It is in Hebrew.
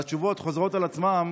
והתשובות חוזרות על עצמן,